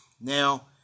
Now